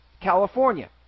California